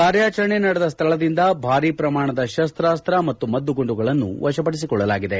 ಕಾರ್ಯಾಚರಣೆ ನಡೆದ ಸ್ಥಳದಿಂದ ಭಾರಿ ಪ್ರಮಾಣದ ಶಸ್ತಾಸ್ತ ಮತ್ತು ಮದ್ದುಗುಂಡುಗಳನ್ನು ವಶಪಡಿಸಿಕೊಳ್ಳಲಾಗಿದೆ